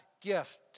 gift